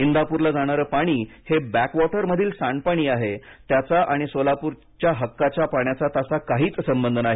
इंदाप्रला जाणारं पाणी हे बॅक वॉटरमधील सांडपाणी आहे त्याचा आणि सोलापूरच्या हक्काच्या पाण्याचा तसा काहीच संबध नाही